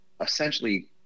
essentially